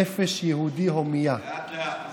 / נפש יהודי הומייה." לאט-לאט.